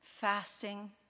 fasting